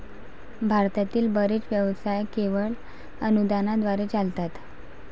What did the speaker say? भारतातील बरेच व्यवसाय केवळ अनुदानाद्वारे चालतात